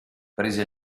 prese